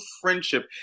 friendship